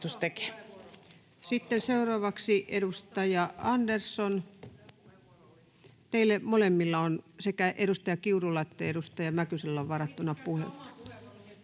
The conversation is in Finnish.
pyytävät vastauspuheenvuoroa] — Teillä molemmilla, sekä edustaja Kiurulla että edustaja Mäkysellä, on varattuna puheenvuoro.